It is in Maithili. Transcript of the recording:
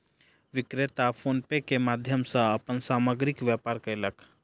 विक्रेता फ़ोन पे के माध्यम सॅ अपन सामग्रीक व्यापार कयलक